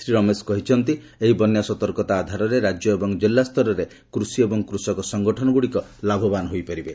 ଶ୍ରୀ ରମେଶ କହିଛନ୍ତି ଏହି ବନ୍ୟା ସତର୍କତା ଆଧାରରେ ରାଜ୍ୟ ଏବଂ ଜିଲ୍ଲାସ୍ତରରେ କୃଷି ଏବଂ କୃଷକ ସଂଗଠନଗୁଡ଼ିକ ଲାଭବାନ ହୋଇପାରିବେ